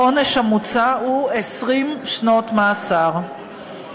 העונש המוצע הוא 20 שנות מאסר,